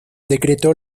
decretó